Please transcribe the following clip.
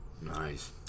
Nice